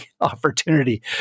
opportunity